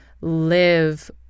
live